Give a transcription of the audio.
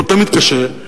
הוא תמיד קשה,